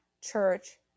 church